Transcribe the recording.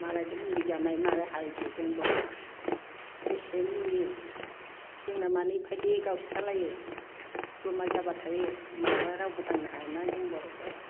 मालायदो मुगैजानाय मालाय हारिदो जों बर'आ बेसे मिनियो जोंना मानो एफादि गावस्रालायो जमा जाब्लाथाय माबा रावबो दांनो हायाना जों बर'खो